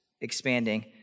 expanding